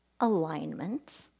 alignment